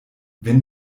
wenn